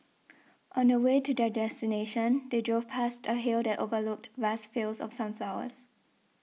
on the way to their destination they drove past a hill that overlooked vast fields of sunflowers